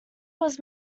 was